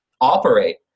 operate